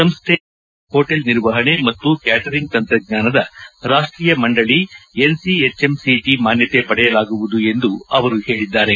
ಸಂಸ್ಟೆ ಸ್ಥಾಪನೆಯಾದ ನಂತರ ಹೋಟೆಲ್ ನಿರ್ವಹಣೆ ಮತ್ತು ಕ್ಯಾಟರಿಂಗ್ ತಂತ್ರಜ್ವಾನದ ರಾಷ್ಷೀಯ ಮಂಡಳಿ ಎನ್ಸಿಎಚ್ಎಮ್ಸಿಟಿ ಮಾನ್ಯತೆ ಪಡೆಯಲಾಗುವುದು ಎಂದು ಅವರು ಹೇಳಿದ್ದಾರೆ